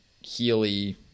Healy